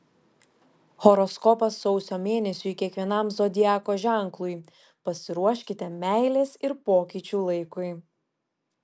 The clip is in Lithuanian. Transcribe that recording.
horoskopas sausio mėnesiui kiekvienam zodiako ženklui pasiruoškite meilės ir pokyčių laikui